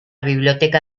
biblioteca